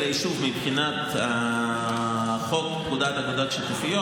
היישוב מבחינת חוק פקודת האגודות השיתופיות,